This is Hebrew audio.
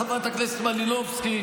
חברת הכנסת מלינובסקי,